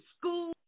school